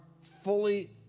fully